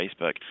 Facebook